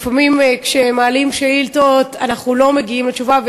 לפעמים, כשמעלים שאילתות, אנחנו לא מגיעים לתשובה.